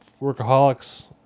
Workaholics